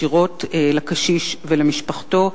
ישירות לקשיש ולמשפחתו,